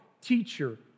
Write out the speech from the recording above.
teacher